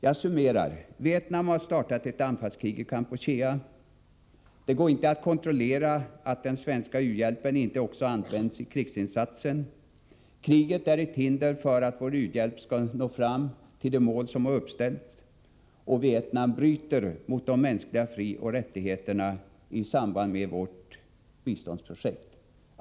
Jag summerar: Vietnam har startat ett anfallskrig i Kampuchea. Det går inte att kontrollera att den svenska u-hjälpen inte används också i krigsinsatsen. Kriget är ett hinder för att vår u-hjälp skall nå fram till de mål som uppställts. Vietnam bryter mot de mänskliga frioch rättigheterna i samband med vårt biståndsprojekt.